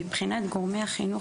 מבחינת גורמי החינוך